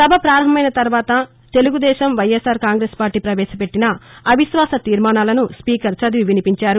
సభ ప్రారంభమైన తర్వాత తెలుగుదేశం వైఎస్ఆర్ కాంగ్రెస్ పార్టీ పవేశపెట్టిన అవిశ్వాస తీర్మానాలను స్పీకర్ చదివి వినిపించారు